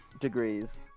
degrees